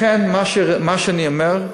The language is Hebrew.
לכן, מה שאני אומר,